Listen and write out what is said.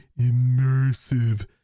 immersive